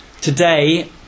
Today